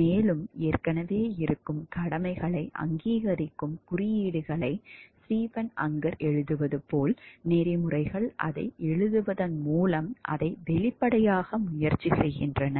மேலும் ஏற்கனவே இருக்கும் கடமைகளை அங்கீகரிக்கும் குறியீடுகளை ஸ்டீபன் அங்கர் எழுதுவது போல் நெறிமுறைகள் அதை எழுதுவதன் மூலம் அதை வெளிப்படையாக்க முயற்சி செய்கின்றன